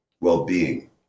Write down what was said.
well-being